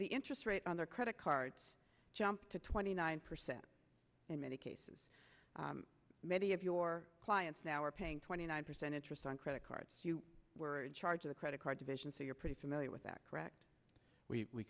the interest rate on their credit cards jumped to twenty nine percent in many cases many of your clients now are paying twenty nine percent interest on credit cards you were in charge of a credit card division so you're pretty familiar with that correct we